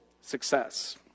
success